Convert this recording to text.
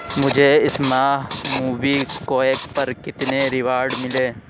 مجھے اس ماہ موبیکوئک پر کتنے ریوارڈ ملے